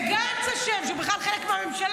וגנץ, גנץ אשם שהוא בכלל חלק מהממשלה.